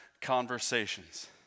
conversations